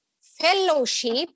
Fellowship